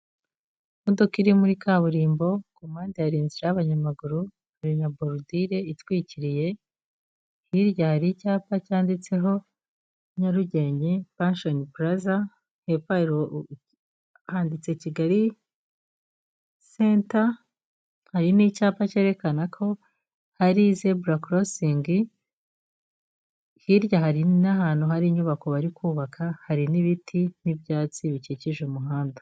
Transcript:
Imodoka iri muri kaburimbo, ku mpande hari inzira y'abanyamaguru, hari na borudire itwikiriye, hirya hari icyapa cyanditseho Nyarugenge Penshoni Pulaza, hepfo handitse Kigali senta, hari n'icyapa cyerekana ko hari zebura korosingi, hirya hari n'ahantu hari inyubako bari kubaka, hari n'ibiti n'ibyatsi bikikije umuhanda.